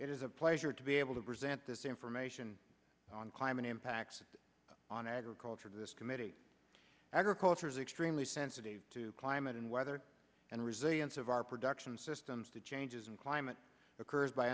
it is a pleasure to be able to present this information on climate impacts on agriculture this committee agriculture is extremely sensitive to climate and weather and resilience of our production systems the changes in climate occurs by